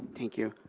thank you.